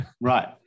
Right